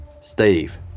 Steve